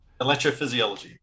electrophysiology